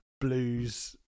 blues